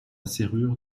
serrure